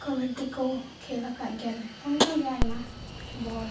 ᱠᱟᱵᱟᱰᱤ ᱠᱚ ᱠᱷᱮᱞᱟᱠᱟᱫ ᱜᱮᱭᱟᱞᱮ ᱚᱱᱠᱟᱜᱮ ᱟᱭᱢᱟ ᱵᱚᱞ